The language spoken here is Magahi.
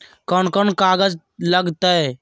कौन कौन कागज लग तय?